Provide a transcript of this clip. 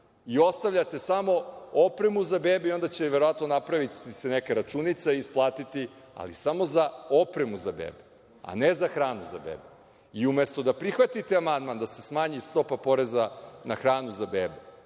i ostavljate samo opremu za bebe i onda će verovatno napraviti se neka računica i ispatiti, ali samo za opremu za bebe, a ne za hranu za bebe i umesto da prihvatite amandman da se smanji stopa poreza na hranu za bebe,